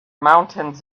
mountains